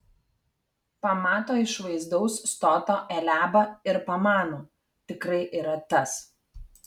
pamato išvaizdaus stoto eliabą ir pamano tikrai yra tas